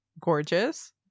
gorgeous